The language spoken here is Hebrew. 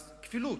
אז, כפילות,